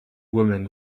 women